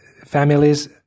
families